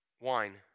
wine